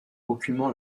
aucunement